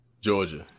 Georgia